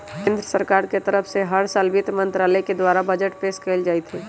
केन्द्र सरकार के तरफ से हर साल वित्त मन्त्रालय के द्वारा बजट पेश कइल जाईत हई